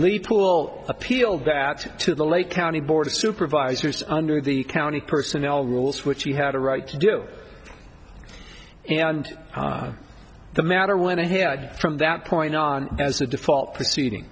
leetle appealed that to the lake county board of supervisors under the county personnel rules which he had a right to do and the matter went ahead from that point on as a default proceeding